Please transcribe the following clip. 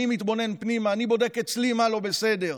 אני מתבונן פנימה, אני בודק אצלי מה לא בסדר.